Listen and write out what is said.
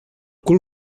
cul